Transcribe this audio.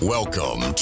Welcome